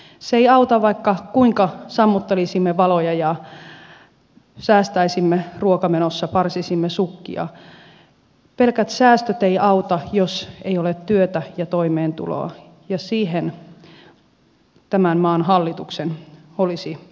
se ei auta vaikka kuinka sammuttelisimme valoja ja säästäisimme ruokamenoissa parsisimme sukkia pelkät säästöt eivät auta jos ei ole työtä ja toimeentuloa ja siihen tämän maan hallituksen olisi satsattava